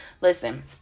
Listen